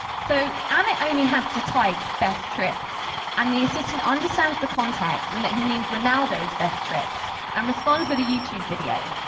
so amit only has to type best tricks and the assistant understands the context and that he means ronaldo's best tricks and um responds with a youtube video.